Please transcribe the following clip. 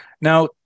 Now